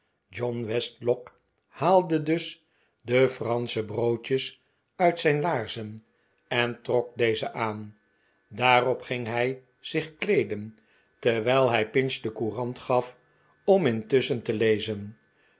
john westlock haalde dus de fransche broodjes uit zijn laarzen en trok deze aan daarop ging hij zich kleeden terwijl hij pinch de courant gaf om intusschen te lezen